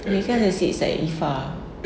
malay class I sit slightly far